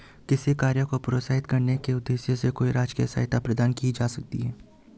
किसी कार्य को प्रोत्साहित करने के उद्देश्य से कोई राजकीय सहायता प्रदान की जाती है